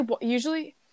usually